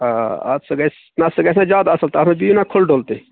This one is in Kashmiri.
آ ادٕ سٕہ گژھِ نَہ سُہ گژھِ نا زیادٕ اصٕل تَتھ منٛز بِہِو نا کُھلہٕ ڈُلہٕ تہِ